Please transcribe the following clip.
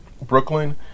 brooklyn